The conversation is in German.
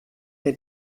der